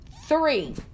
Three